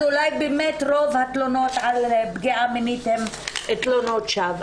אז אולי באמת רוב התלונות על פגיעה מינית הן תלונות שווא.